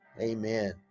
amen